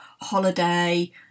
holiday